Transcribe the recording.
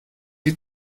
die